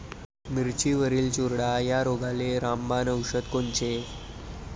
मिरचीवरील चुरडा या रोगाले रामबाण औषध कोनचे?